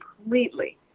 completely